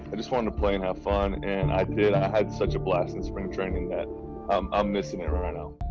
and just wanted to play and have fun, and i did. i had such a blast in spring training that i'm missing it right now.